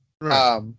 Right